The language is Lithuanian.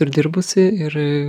ir dirbusi ir